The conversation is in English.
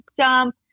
jump